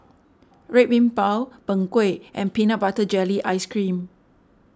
Red Bean Bao Png Kueh and Peanut Butter Jelly Ice Cream